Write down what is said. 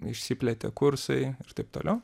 išsiplėtė kursai ir taip toliau